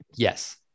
Yes